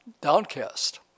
downcast